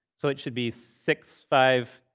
so it should be six, five,